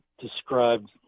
described